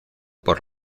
por